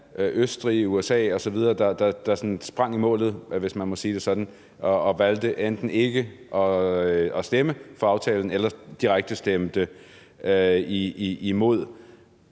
Østrig, USA osv., der sådan sprang i målet, hvis man kan sige det sådan, og valgte enten ikke at stemme for aftalen eller direkte at stemme imod.